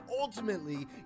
ultimately